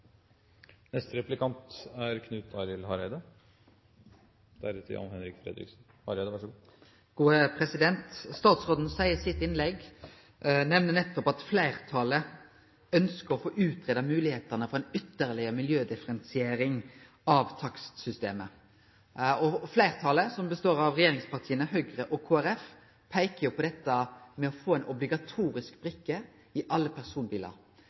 Statsråden seier i innlegget sitt at fleirtalet ønskjer å få greidd ut moglegheitene for ei ytterlegare miljødifferensiering av takstsystemet. Fleirtalet, som består av regjeringspartia, Høgre og Kristeleg Folkeparti, peiker på dette med å få ei obligatorisk brikke i alle personbilar.